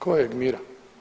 Kojeg mira?